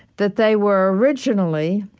that they were originally